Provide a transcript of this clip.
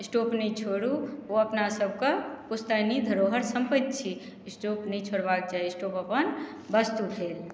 stove नहि छोड़ू ओ अपना सबके पुश्तैनी धरोहर सम्पत्ति छी स्टोव नहि छोड़बाके चाही स्टोव अपन वस्तु भेल